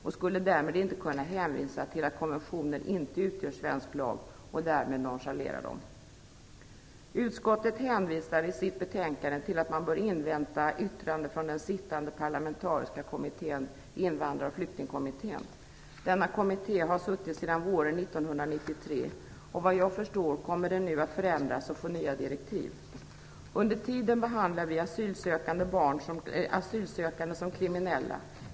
De skulle därmed inte kunna hänvisa till att konventioner inte utgör svensk lag och i och med det nonchalera dem. Utskottet säger i sitt betänkande att man bör invänta yttrandet från den sittande parlamentariska kommittén, Invandrar och flyktingkommittén. Denna kommitté har arbetat sedan våren 1993, och så vitt jag förstår kommer den nu att förändras och få nya direktiv. Under tiden behandlar vi asylsökande som kriminella.